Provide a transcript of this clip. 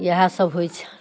इएह सभ होइत छै